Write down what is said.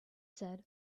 said